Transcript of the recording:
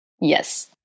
Yes